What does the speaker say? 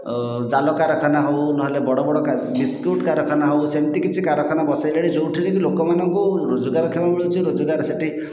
ଜାଲ କାରଖାନା ହେଉ ନହେଲେ ବଡ଼ ବଡ଼ ବିସ୍କୁଟ କାରଖାନା ହେଉ ସେମତି କିଛି କାରଖାନା ବସାଇଲେଣି ଯେଉଁଠିକି ଲୋକମାନଙ୍କୁ ରୋଜଗାର କ୍ଷମ ମିଳୁଛି ରୋଜଗାର ସେଠି